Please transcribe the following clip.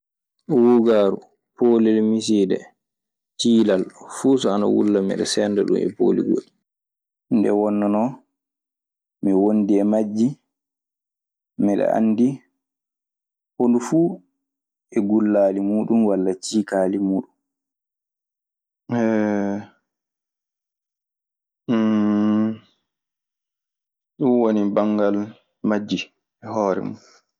Wuugaaru, poolel misiide, ciilal fuu so ana wulla miɗe seenda ɗun e pooli goɗɗi. Nden wonnoo wonndii e majji. Miɗe anndi hondu fuu e gullaali muuɗun walla ciikaali muuɗun. Ɗun woni banngal majji e hoore mun.